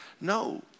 no